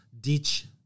ditch